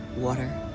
water,